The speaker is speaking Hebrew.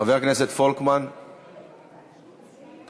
חבר הכנסת פולקמן, תודה.